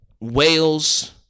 Wales